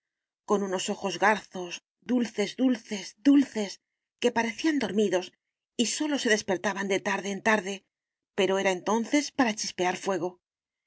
con unos ojos garzos dulces dulces dulces que parecían dormidos y sólo se despertaban de tarde en tarde pero era entonces para chispear fuego y